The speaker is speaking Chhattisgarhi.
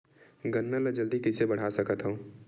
गन्ना ल जल्दी कइसे बढ़ा सकत हव?